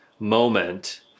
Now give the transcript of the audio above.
moment